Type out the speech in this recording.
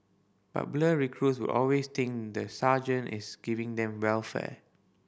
but blur recruits will always think the sergeant is giving them welfare